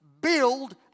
build